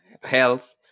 health